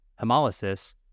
hemolysis